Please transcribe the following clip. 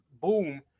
boom